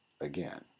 again